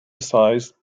sized